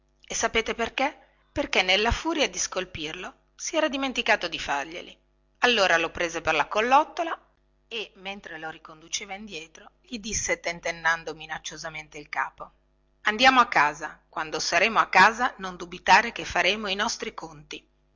e sapete perché perché nella furia di scolpirlo si era dimenticato di farglieli allora lo prese per la collottola e mentre lo riconduceva indietro gli disse tentennando minacciosamente il capo andiamo a casa quando saremo a casa non dubitare che faremo i nostri conti